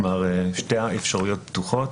כלומר, שתי האפשרויות פתוחות.